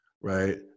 right